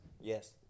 Yes